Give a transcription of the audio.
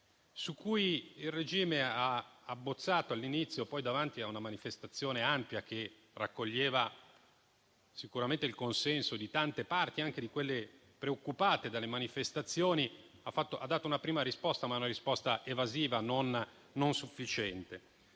su cui il regime ha abbozzato all'inizio. Poi, davanti a una manifestazione ampia che raccoglieva sicuramente il consenso di tante parti e anche di quelle preoccupate dalle manifestazioni, ha dato una prima risposta, ma è stata evasiva e non sufficiente.